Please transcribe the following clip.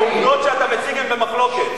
העובדות שאתה מציג הן במחלוקת.